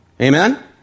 Amen